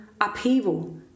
upheaval